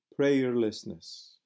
prayerlessness